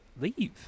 leave